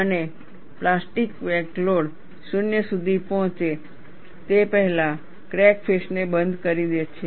અને plastic wake load 0 સુધી પહોંચે તે પહેલા ક્રેક ફેસને બંધ કરી દે છે